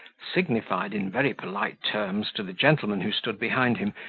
signified in very polite terms to the gentleman who stood behind him,